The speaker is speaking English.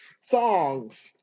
Songs